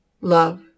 love